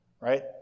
right